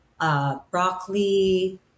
Broccoli